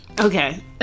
okay